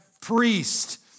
priest